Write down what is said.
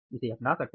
इसे अपना सकते हैं